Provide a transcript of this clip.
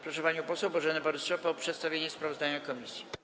Proszę panią poseł Bożenę Borys-Szopę o przedstawienie sprawozdania komisji.